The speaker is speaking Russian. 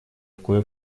кое